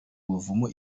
buvumo